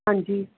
ਹਾਂਜੀ